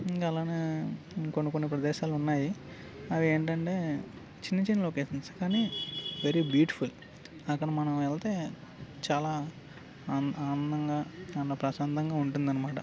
ఇంకా అలానే కొన్ని కొన్ని ప్రదేశాలు ఉన్నాయి అవి ఏంటంటే చిన్న చిన్న లొకేషన్స్ కానీ వెరీ బ్యూటిఫుల్ అక్కడ మనం వెళితే చాలా ఆనందంగా అ ప్రశాంతంగా ఉంటుందన్నమాట